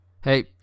Hey